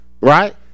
right